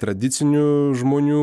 tradicinių žmonių